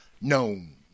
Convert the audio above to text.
known